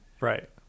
Right